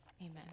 Amen